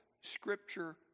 scripture